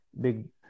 big